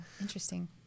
Interesting